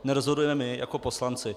Nerozhodujeme my jako poslanci.